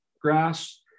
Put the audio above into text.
grass